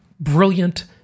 brilliant